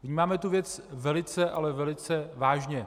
Vnímáme tu věc velice, ale velice vážně.